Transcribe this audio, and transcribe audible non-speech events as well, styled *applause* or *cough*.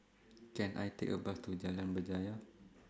*noise* Can I Take A Bus to Jalan Berjaya